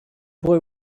boy